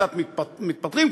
קצת מתפטרים,